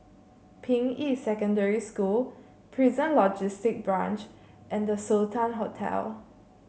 Ping Yi Secondary School Prison Logistic Branch and The Sultan Hotel